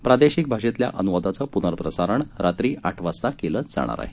प्रादेशिक भाषेतल्या अनुवादाचं पुनःप्रसारण रात्री आठ वाजता केलं जाणार आहे